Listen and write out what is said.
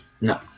No